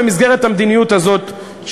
במסגרת המדיניות הזאת,